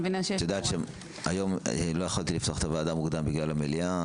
את יודעת שהיום לא יכולתי לפתוח את הוועדה מוקדם בגלל המליאה.